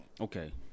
okay